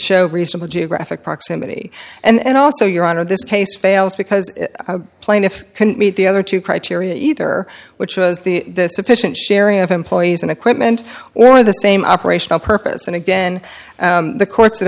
show reasonable geographic proximity and also your honor this case fails because plaintiffs couldn't meet the other two criteria either which was the sufficient sharing of employees and equipment or the same operational purpose and again the court